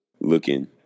looking